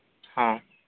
ᱦᱮᱸ